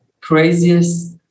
craziest